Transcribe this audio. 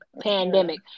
pandemic